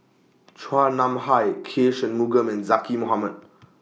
Chua Nam Hai K Shanmugam and Zaqy Mohamad